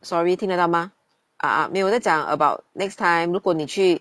sorry 听得到吗 ah ah 没有我在讲 about next time 如果你去